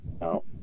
No